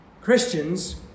Christians